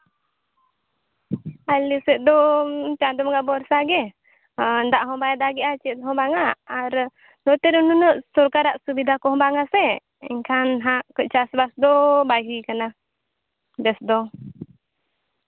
ᱟᱞᱮ ᱥᱮᱫ ᱫᱚ ᱪᱟᱸᱫᱚ ᱵᱚᱸᱜᱟ ᱵᱷᱚᱨᱥᱟ ᱜᱮ ᱟᱨ ᱫᱟᱜ ᱦᱚᱸ ᱵᱟᱭ ᱫᱟᱜᱮᱫᱼᱟ ᱪᱮᱫ ᱦᱚᱸ ᱵᱟᱝᱟ ᱟᱨ ᱱᱚᱛᱮ ᱨᱮ ᱱᱩᱱᱟᱹᱜ ᱥᱚᱨᱠᱟᱨᱟᱜ ᱥᱩᱵᱤᱫᱟ ᱠᱚᱦᱚᱸ ᱵᱟᱝᱟᱜ ᱥᱮᱱᱠᱷᱟᱱ ᱦᱟᱸᱜ ᱠᱟᱺᱪ ᱪᱟᱥᱵᱟᱥ ᱫᱚ ᱵᱟᱭ ᱦᱩᱭ ᱠᱟᱱᱟ ᱵᱮᱥ ᱫᱚ